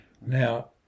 now